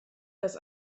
das